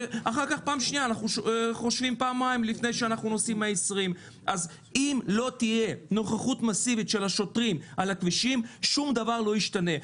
ואחר כך פעם שנייה אנחנו חושבים פעמיים לפני שאנחנו נוסעים על 120. אז אם לא תהיה נוכחות מסיבית של שוטרים על הכבישים שום דבר לא ישתנה.